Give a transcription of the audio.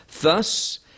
Thus